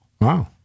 Wow